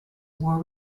war